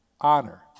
honor